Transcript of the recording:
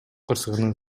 кырсыгынын